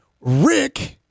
Rick-